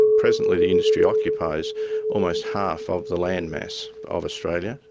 presently the industry occupies almost half of the land mass of australia,